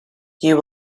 you